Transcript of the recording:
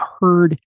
heard